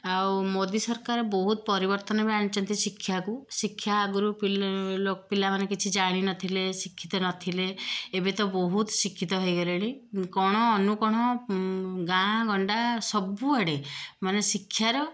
ଆଉ ମୋଦୀ ସରକାର ବହୁତ ପରିବର୍ତ୍ତନ ବି ଆଣିଛନ୍ତି ଶିକ୍ଷାକୁ ଶିକ୍ଷା ଆଗରୁ ପିଲାମାନେ କିଛି ଜାଣିନଥିଲେ ଶିକ୍ଷିତ ନଥିଲେ ଏବେ ତ ବହୁତ ଶିକ୍ଷିତ ହେଇଗଲେଣି କୋଣ ଅନୁକୋଣ ଗାଁଗଣ୍ଡା ସବୁଆଡ଼େ ମାନେ ଶିକ୍ଷାର